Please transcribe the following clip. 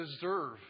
deserve